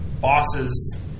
bosses